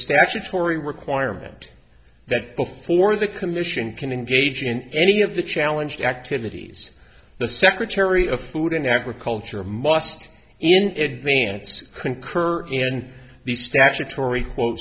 statutory requirement that before the commission can engage in any of the challenge activities the secretary of food and agriculture must in advance to concur in and the statutory quote